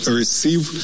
receive